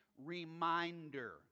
reminder